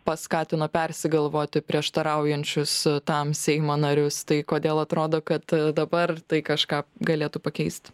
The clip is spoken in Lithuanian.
paskatino persigalvoti prieštaraujančius tam seimo narius tai kodėl atrodo kad dabar tai kažką galėtų pakeisti